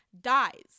dies